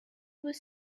was